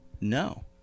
no